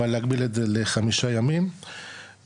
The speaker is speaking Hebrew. אבל להגביל את זה לחמישה ימים וכמובן,